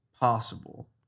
possible